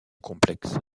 complexe